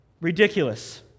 Ridiculous